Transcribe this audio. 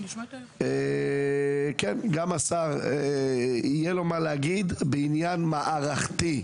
גם השר יהיה לו מה להגיד בעניין מערכתי,